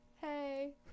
Hey